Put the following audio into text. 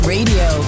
Radio